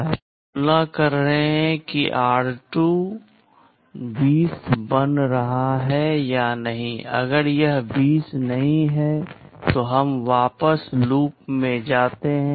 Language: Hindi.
फिर हम तुलना कर रहे हैं कि r2 20 बन रहा है या नहीं अगर यह 20 नहीं है तो हम वापस लूप में जाते हैं